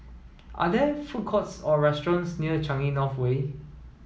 are there food courts or restaurants near Changi North Way